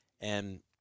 And-